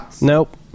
Nope